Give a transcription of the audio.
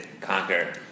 conquer